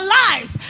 lives